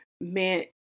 man